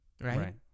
right